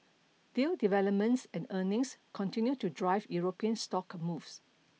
deal developments and earnings continued to drive European stock moves